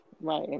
right